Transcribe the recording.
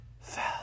fell